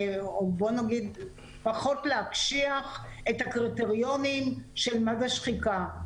פחות להקשיח את הקריטריונים של מה זה שחיקה.